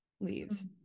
leaves